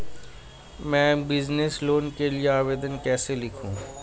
मैं business loan के लिए आवेदन कैसे लिखूँ?